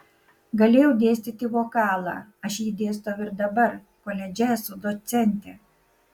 galėjau dėstyti vokalą aš jį dėstau ir dabar koledže esu docentė